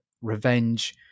revenge